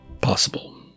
possible